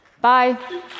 Bye